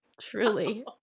truly